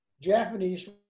Japanese